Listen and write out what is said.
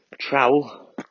trowel